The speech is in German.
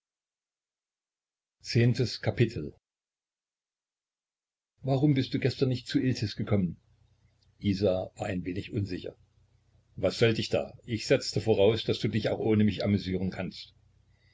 warum bist du gestern nicht zu iltis gekommen isa war ein wenig unsicher was sollt ich da ich setzte voraus daß du dich auch ohne mich amüsieren kannst